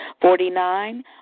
Forty-nine